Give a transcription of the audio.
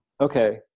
Okay